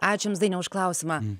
ačiū jums dainiau už klausimą